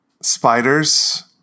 Spiders